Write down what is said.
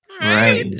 Right